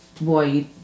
Boy